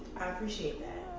appreciate it.